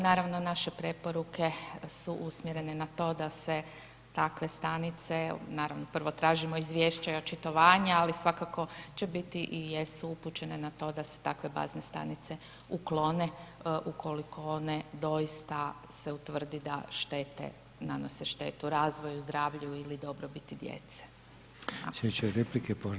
Naravno, naše preporuke su usmjerene na to da se takve stanice, naravno prvo tražimo izvješće i očitovanje ali svakako će biti i jesu upućene na to da se takve bazne stanice uklone ukoliko ne doista se utvrdi da nanose štetu razvoju, zdravlju ili dobrobiti djece.